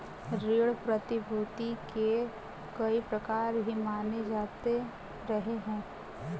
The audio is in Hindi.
ऋण प्रतिभूती के कई प्रकार भी माने जाते रहे हैं